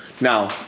Now